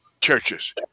churches